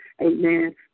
amen